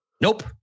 nope